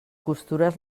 costures